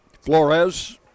Flores